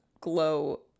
glow